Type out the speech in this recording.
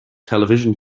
television